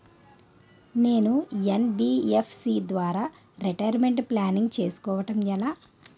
నేను యన్.బి.ఎఫ్.సి ద్వారా retirement planning చేసుకోవడం ఎలా?